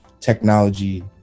technology